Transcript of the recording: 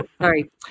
sorry